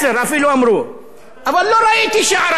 אבל לא ראיתי שערבים 10. מה אתה צועק?